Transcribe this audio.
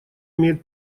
имеет